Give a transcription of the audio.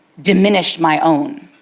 diminished my own.